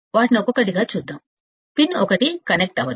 వాటిని ఒక్కొక్కటిగా చూద్దాం పిన్ 1 కనెక్ట్ అవ్వదు